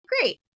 great